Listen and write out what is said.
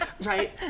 right